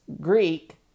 Greek